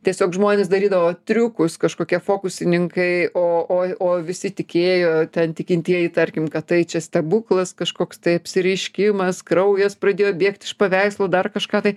tiesiog žmonės darydavo triukus kažkokie fokusininkai o o o visi tikėjo ten tikintieji tarkim kad tai čia stebuklas kažkoks tai apsireiškimas kraujas pradėjo bėgti iš paveikslo dar kažką tai